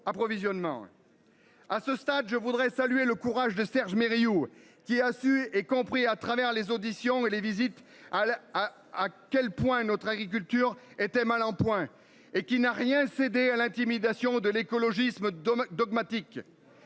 À ce stade, je voudrais saluer le courage de Serge Merriot qui a su et compris à travers les auditions et les visites à la, à quel point notre agriculture était mal en point et qui n'a rien cédé à l'intimidation de l'écologisme dogmatique.